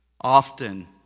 often